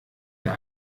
der